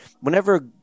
whenever